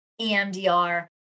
EMDR